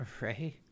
Right